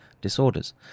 disorders